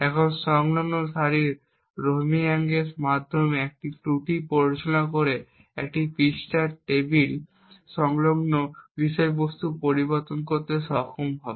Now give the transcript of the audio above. এখন সংলগ্ন সারির রোহ্যামারিংয়ের মাধ্যমে একটি ত্রুটি প্ররোচিত করে আমরা পৃষ্ঠা টেবিলের বিষয়বস্তু পরিবর্তন করতে সক্ষম হব